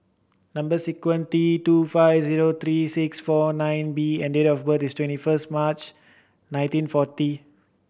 number sequence T two five zero three six four nine B and date of birth is twenty first March nineteen forty